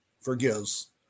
forgives